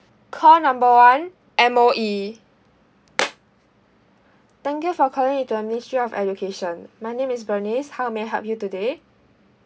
call number one M_O_E thank you for calling in to the ministry of education my name is bernice how may I help you today